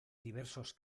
diversos